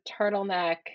turtleneck